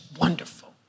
wonderful